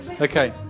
Okay